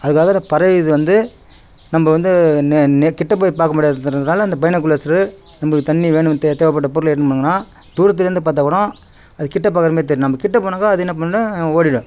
அதுக்காக இந்த பறவை இதை வந்து நம்ம வந்து நே நே கிட்ட போய் பார்க்க முடியாததுதுனால் அந்த பைனாகுலர்ஸ்ஸு நம்மளுக்கு தண்ணி வேணும் தேவை தேவைப்பட்ட பொருட்கள் எடுத்துன்னு போனோம்னா தூரத்தில் இருந்து பார்த்தா கூட அது கிட்டே பார்க்குற மாதிரி தெரியும் நம்ம கிட்டே போனாக்கா அது என்ன பண்ணும் ஓடிடும்